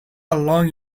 long